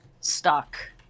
stuck